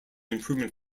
improvement